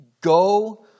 go